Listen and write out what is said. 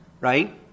right